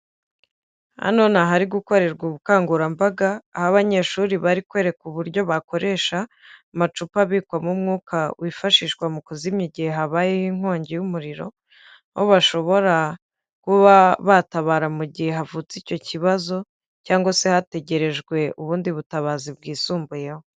Hano ni ahari gukorerwa ubukangurambaga aho abanyeshuri bari kwerekwa uburyo bakoresha amacupa abikwamo umwuka wifashishwa mu kuzimya igihe habayeho inkongi y'umuriro aho bashobora kuba batabara mu gihe havutse icyo kibazo cyangwa se hategerejwe ubundi butabazi bwisumbuyeho.